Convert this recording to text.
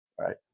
right